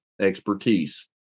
expertise